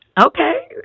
okay